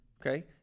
okay